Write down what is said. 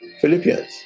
Philippians